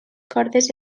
cordes